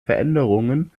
veränderungen